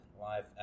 Live